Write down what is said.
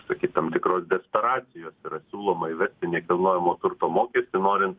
sakyt tam tikros desperacijos yra siūloma įvesti nekilnojamo turto mokestį norint